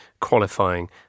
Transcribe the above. qualifying